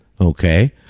Okay